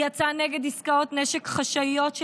היא יצאה נגד עסקאות נשק חשאיות של